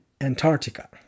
Antarctica